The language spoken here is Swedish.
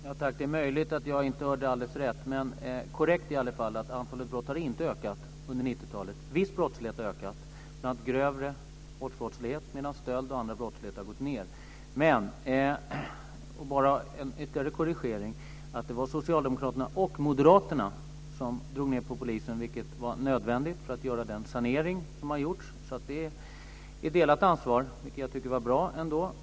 Fru talman! Det är möjligt att jag inte hörde alldeles rätt. Korrekt är i alla fall att antalet brott inte har ökat. Viss brottslighet har ökat, bl.a. grövre våldsbrottslighet, medan stöld och annan brottslighet har gått ned. Bara ytterligare en korrigering: Det var socialdemokraterna och moderaterna som drog ned på polisen. Det var nödvändigt för att göra den sanering som har gjorts, så det är delat ansvar vilket jag ändå tycker var bra.